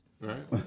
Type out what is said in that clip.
Right